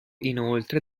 inoltre